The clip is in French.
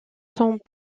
sont